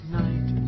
night